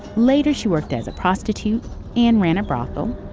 later, she worked as a prostitute and ran a brothel